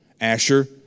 Asher